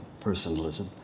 personalism